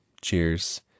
Cheers